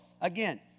again